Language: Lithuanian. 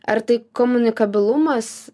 ar tai komunikabilumas